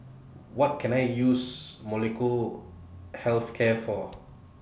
What Can I use Molnylcke Health Care For